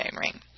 ring